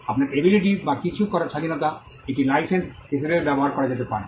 আপনার এবিলিটি বা কিছু করার স্বাধীনতা এটি লাইসেন্স হিসাবেও ব্যবহার করা যেতে পারে